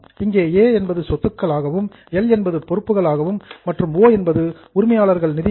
ஏ L O இங்கே A சொத்துக்கள் L பொறுப்புகள் மற்றும் ஓ உரிமையாளர்கள் நிதி